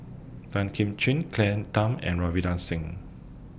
Tan Kim Ching Claire Tham and Ravinder Singh